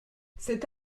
cet